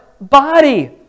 body